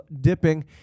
dipping